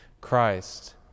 Christ